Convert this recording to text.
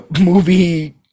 movie